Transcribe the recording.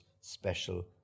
special